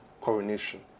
coronation